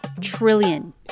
Trillion